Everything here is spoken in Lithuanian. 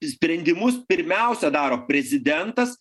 sprendimus pirmiausia daro prezidentas